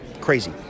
crazy